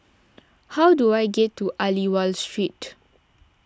how do I get to Aliwal Street